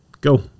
Go